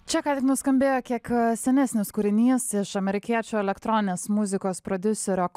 čia ką tik nuskambėjo kiek senesnis kūrinys iš amerikiečių elektroninės muzikos prodiuserio